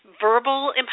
verbal